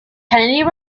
kennedy